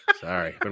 Sorry